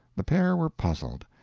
the pair were puzzled.